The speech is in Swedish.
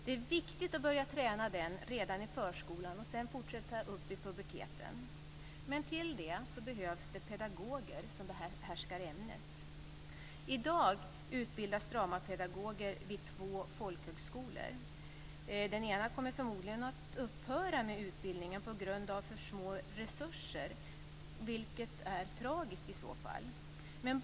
Det är viktigt att börja träna detta redan i förskolan och sedan fortsätta upp i puberteten. Till det behövs pedagoger som behärskar ämnet. I dag utbildas dramapedagoger vid två folkhögskolor. Den ena kommer förmodligen att upphöra med utbildningen på grund av för små resurser, vilket i så fall är tragiskt.